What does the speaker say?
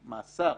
מאסר.